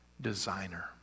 designer